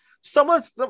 someone's